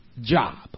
job